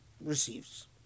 receives